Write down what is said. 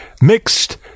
mixed